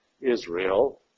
Israel